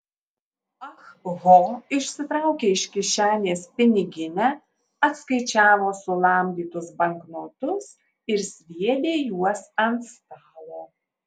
ah ho išsitraukė iš kišenės piniginę atskaičiavo sulamdytus banknotus ir sviedė juos ant stalo